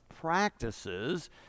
practices